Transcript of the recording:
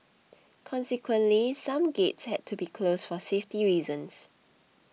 consequently some gates had to be closed for safety reasons